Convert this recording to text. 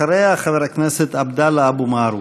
אחריה, חבר הכנסת עבדאללה אבו מערוף.